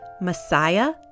Messiah